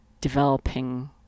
developing